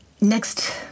Next